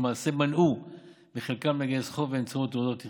ולמעשה מנעו מחלקם לגייס חוב באמצעות תעודות התחייבות.